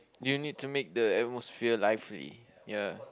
you need to make the atmosphere lively ya